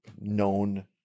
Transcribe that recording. known